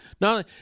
no